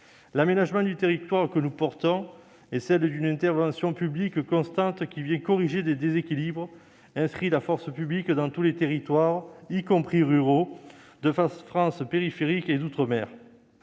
L'aménagement du territoire que nous défendons exige une intervention publique constante qui vient corriger des déséquilibres, inscrit la force publique dans tous les territoires, y compris ruraux, de France périphérique et d'outre-mer.